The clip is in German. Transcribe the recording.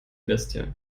bestie